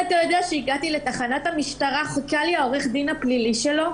כשהגעתי לתחנת המשטרה חיכה לי עורך הדין הפלילי שלו.